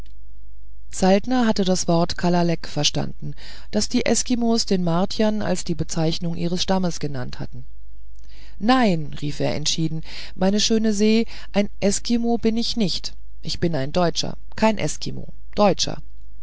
saltner hatte das wort kalalek verstanden das die eskimos den martiern als die bezeichnung ihres stammes genannt hatten nein rief er entschieden meine schöne se ein eskimo bin ich nicht ich bin ein deutscher kein eskimo deutscher